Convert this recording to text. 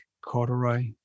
corduroy